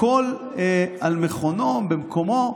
הכול על מכונו, במקומו,